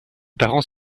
parents